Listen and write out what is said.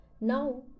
Now